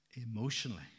emotionally